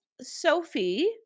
Sophie